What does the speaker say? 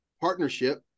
partnership